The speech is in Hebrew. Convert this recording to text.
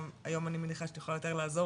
היום אני מניחה שאת יכולה יותר לעזור